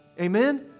Amen